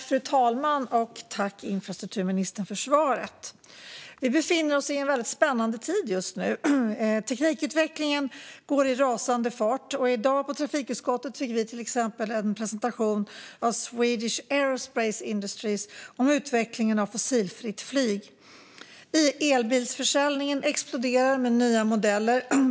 Fru talman! Tack, infrastrukturministern, för svaret! Vi befinner oss i en väldigt spännande tid just nu. Teknikutvecklingen går i rasande fart. Till exempel fick vi i dag på trafikutskottet en presentation av Swedish Aerospace Industries om utvecklingen av fossilfritt flyg. Elbilsförsäljningen exploderar med nya modeller.